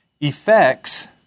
effects